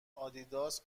آدیداس